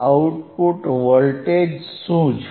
output voltage શું છે